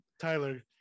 tyler